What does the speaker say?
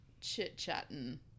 chit-chatting